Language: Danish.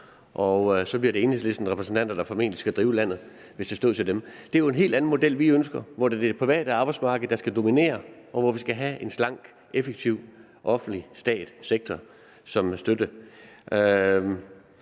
og så bliver det Enhedslistens repræsentanter, der formentlig skal drive landet, hvis det stod til dem. Det er jo en helt anden model, vi ønsker, hvor det er det private arbejdsmarked, der skal dominere, og hvor vi skal have en slank, effektiv offentlig sektor eller stat som støtte.